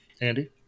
Andy